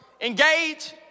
Engage